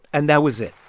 and that was it.